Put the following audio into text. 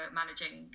managing